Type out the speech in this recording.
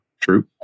true